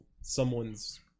someone's